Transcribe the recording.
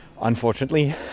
unfortunately